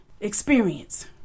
experience